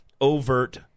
overt